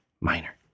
minor